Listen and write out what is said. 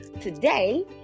today